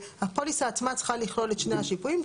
הפוליסה עצמה צריכה לכלול את שני השיפויים.